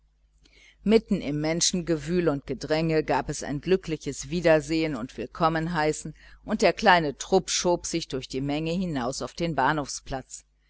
mitten im menschengewühl und gedränge gab es ein glückliches wiedersehen und willkommenheißen und der kleine trupp schob sich durch die menge hinaus auf den bahnhofsplatz